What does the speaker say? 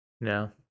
No